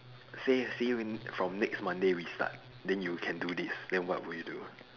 say say you in from next monday we start then you can do this then what would you do